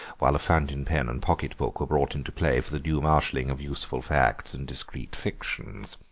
while a fountain-pen and pocket-book were brought into play for the due marshalling of useful facts and discreet fictions.